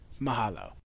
Mahalo